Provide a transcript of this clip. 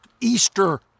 Easter